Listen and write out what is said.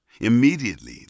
immediately